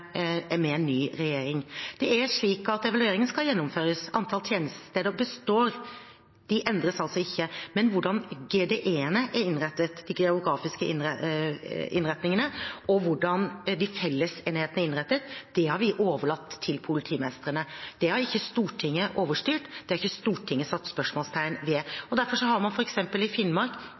en ny regjering. Evalueringen skal gjennomføres. Antall tjenestesteder består. De endres altså ikke, men hvordan GDE-ene er innrettet, de geografiske driftsenhetene, og hvordan fellesenhetene er innrettet, har vi overlatt til politimestrene. Det har ikke Stortinget overstyrt. Det har ikke Stortinget satt spørsmålstegn ved. Derfor har man f.eks. i Finnmark